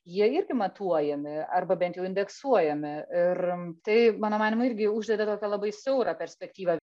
jie irgi matuojami arba bent jau indeksuojami ir tai mano manymu irgi uždeda tokią labai siaurą perspektyvą